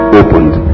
opened